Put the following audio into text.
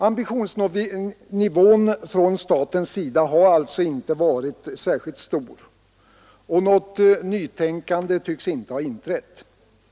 Ambitionsnivån från statens sida har alltså inte varit särskilt stor, och något nytänkande tycks inte ha inträtt.